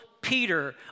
Peter